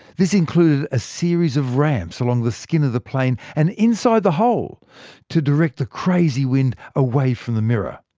this included a series of ramps along the skin of the plane and inside the hole to direct the crazy wind away from the mirror.